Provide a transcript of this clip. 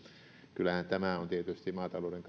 kyllähän tämä on tietysti maatalouden